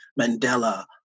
Mandela